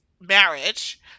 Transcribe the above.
marriage